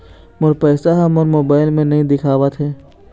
मोर पैसा ह मोर मोबाइल में नाई दिखावथे